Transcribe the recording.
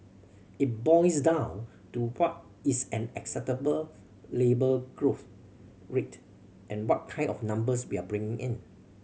it boils down to what is an acceptable labour growth rate and what kind of numbers we are bringing in